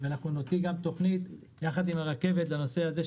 אנחנו נוציא גם תוכנית ביחד עם הרכבת לנושא הזה,